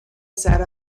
sat